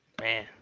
Man